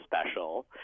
special